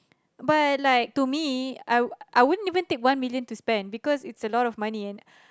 but like to me I I wouldn't even take one million to spend because it's a lot of money and